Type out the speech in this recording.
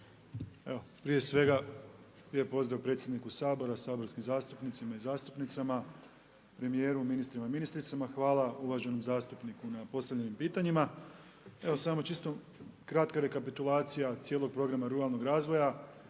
prije svega, lijep pozdrav predsjedniku Sabora, saborskim zastupnicima i zastupnicama, premijeru, ministrima i ministricama, hvala uvaženom zastupniku na postavljenim pitanjima. Evo samo čisto kratka rekapitulacija cijelog programa ruralnog razvoja.